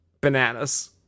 bananas